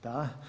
Da.